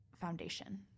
foundation